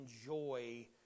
enjoy